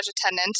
attendant